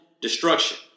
destruction